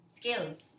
skills